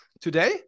today